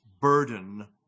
burden